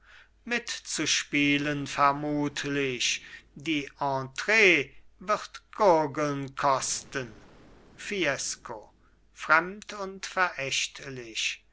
mitzuspielen vermutlich die entree wird gurgeln kosten fiesco fremd und verächtlich